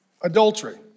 adultery